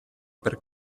per